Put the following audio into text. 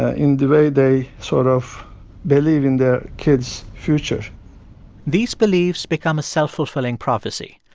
ah in the way they sort of believe in their kids' future these beliefs become a self-fulfilling prophecy.